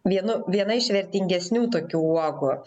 vienu viena iš vertingesnių tokių uogų